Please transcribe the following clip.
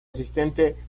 asistente